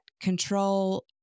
control